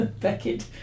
Beckett